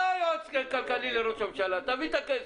אתה היועץ הכלכלי לראש הממשלה, תביא את הכסף.